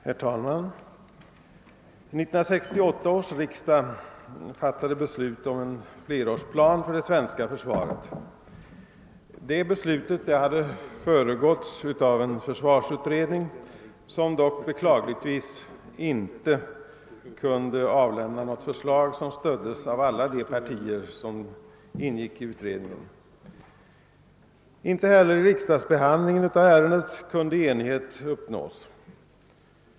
Herr talman! 1968 års riksdag fattade beslut om en flerårsplan för det svenska försvaret. Det beslutet hade föregåtts av en försvarsutredning, som dock beklagligtvis inte kunde avlämna något förslag som stöddes av alla de partier som ingick i utredningen. Inte heller vid riksdagsbehandlingen av ärendet kunde enighet uppnås.